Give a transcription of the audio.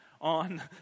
on